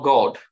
God